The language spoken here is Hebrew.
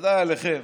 בוודאי עליכם,